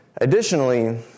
Additionally